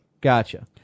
gotcha